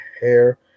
hair